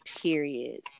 Period